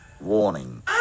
warning